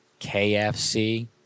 KFC